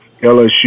LSU